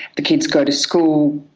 the kids go to school,